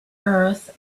earth